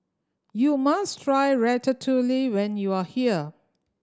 you must try Ratatouille when you are here